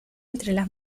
entre